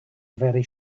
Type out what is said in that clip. very